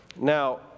Now